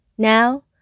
Now